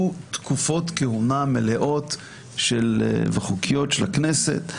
תקופות כהונה מלאות וחוקיות של הכנסת.